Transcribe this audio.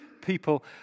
people